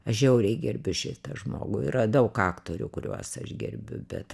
žiauriai gerbiu šitą žmogų yra daug aktorių kuriuos aš gerbiu bet